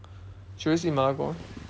she always eat 麻辣锅